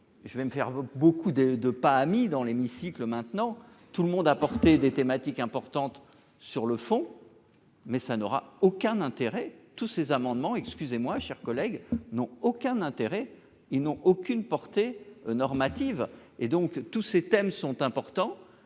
je vais me faire beaucoup de de pas amis dans l'hémicycle, maintenant tout le monde a porté des thématiques importantes sur le fond. Mais ça n'aura aucun intérêt tous ces amendements excusez-moi chers collègues n'ont aucun intérêt, ils n'ont aucune portée normative et donc tous ces thèmes sont importants,